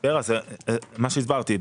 ההסבר הוא מה שהסברתי.